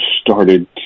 started